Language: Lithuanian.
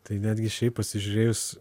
tai netgi šiaip pasižiūrėjus